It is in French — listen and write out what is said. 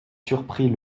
surpris